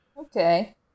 okay